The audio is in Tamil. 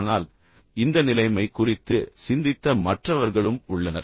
ஆனால் இந்த நிலைமை குறித்து சிந்தித்த மற்றவர்களும் உள்ளனர்